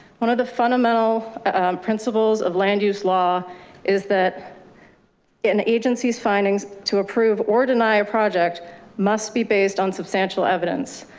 one of the fundamental principles of land use law is that an agency's findings to approve or deny a project must be based on substantial evidence.